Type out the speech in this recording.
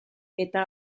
eta